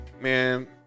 man